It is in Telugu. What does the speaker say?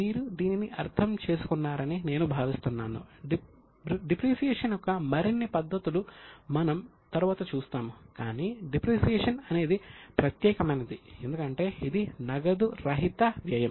మీరు దీనిని అర్థం చేసుకున్నారని నేను భావిస్తున్నాను డిప్రిసియేషన్ యొక్క మరిన్ని పద్ధతులు మనం తరువాత చూస్తాము కాని డిప్రిసియేషన్ అనేది ప్రత్యేకమైనది ఎందుకంటే ఇది నగదు రహిత వ్యయం